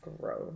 Gross